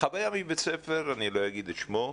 חוויה מבית ספר, אני לא אגיד את שמו,